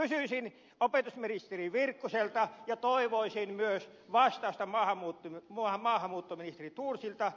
kysyisin opetusministeri virkkuselta ja toivoisin myös vastausta maahanmuuttoministeri thorsilta